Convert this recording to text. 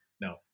no